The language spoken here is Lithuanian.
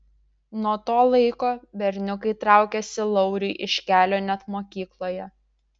nuo to laiko berniukai traukėsi lauriui iš kelio net mokykloje